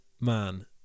man